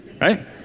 Right